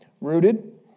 rooted